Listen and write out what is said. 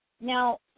Now